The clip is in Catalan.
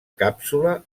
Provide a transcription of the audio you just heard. càpsula